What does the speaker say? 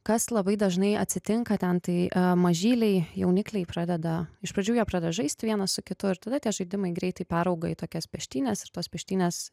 kas labai dažnai atsitinka ten tai mažyliai jaunikliai pradeda iš pradžių jie pradeda žaisti vienas su kitu ir tada tie žaidimai greitai perauga į tokias peštynes ir tos peštynės